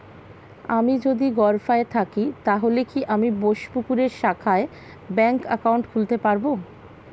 আমি যদি গরফায়ে থাকি তাহলে কি আমি বোসপুকুরের শাখায় ব্যঙ্ক একাউন্ট খুলতে পারবো?